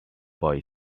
boy